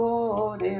Lord